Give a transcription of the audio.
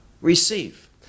receive